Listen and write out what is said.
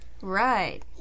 Right